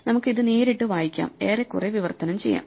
നമുക്ക് ഇത് നേരിട്ട് വായിക്കാം ഏറെക്കുറെ വിവർത്തനം ചെയ്യാം